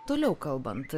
toliau kalbant